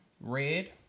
red